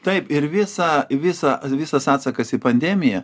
taip ir visą visą visas atsakas į pandemiją